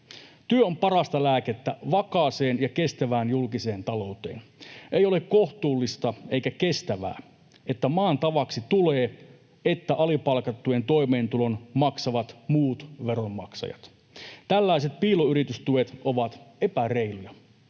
Työ on parasta lääkettä vakaaseen ja kestävään julkiseen ta- louteen. Ei ole kohtuullista eikä kestävää, että maan tavaksi tulee, että alipalkattujen toimeentulon maksavat muut veronmaksajat. Tällaiset piiloyritystuet ovat epäreiluja.